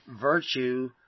virtue